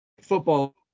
football